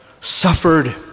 suffered